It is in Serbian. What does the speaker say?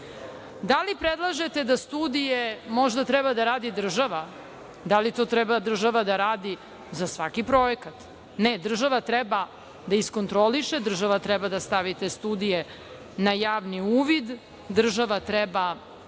li predlažete da studije možda treba da radi država? Da li to treba država da radi za svaki projekat? Ne, država treba da iskontroliše, država treba da stavi te studije na javni uvid, država treba